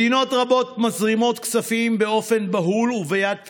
מדינות רבות מזרימות כספים באופן בהול וביד פתוחה,